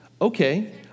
Okay